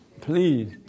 please